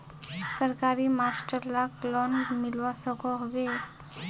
सरकारी मास्टर लाक लोन मिलवा सकोहो होबे?